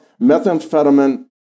methamphetamine